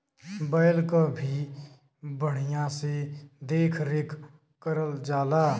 बैल क भी बढ़िया से देख रेख करल जाला